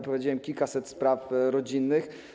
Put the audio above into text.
Prowadziłem kilkaset spraw rodzinnych.